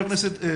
אוקיי,